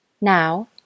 Now